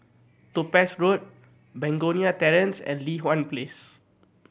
Topaz Road Begonia Terrace and Li Hwan Place